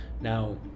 now